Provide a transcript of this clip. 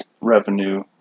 revenue